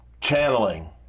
Channeling